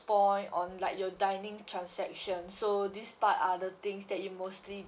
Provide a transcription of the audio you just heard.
point on like your dining transaction so this part are the things that you mostly